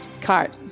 Cart